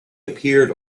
appeared